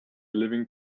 living